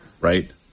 right